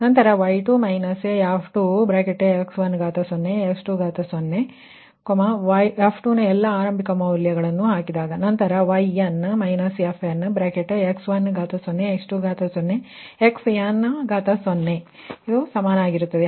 ನಂತರ y2 − f2x10 x20 f 2 ನ ಎಲ್ಲ ಆರಂಭಿಕ ಮೌಲ್ಯ ನಂತರ yn − fn x10 x20 xn0ರ ವರೆಗೆ ಇದಕ್ಕೆ ಸಮಾನವಾಗಿರುತ್ತದೆ